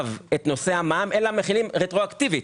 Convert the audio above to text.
את נושא המע"מ אלא מחילים רטרואקטיבית.